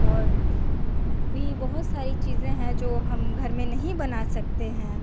और भी बहुत सारी चीजें हैं जो हम घर में नहीं बना सकते हैं